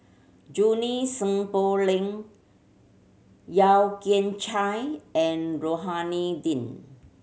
Junie Sng Poh Leng Yeo Kian Chye and Rohani Din